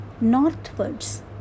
northwards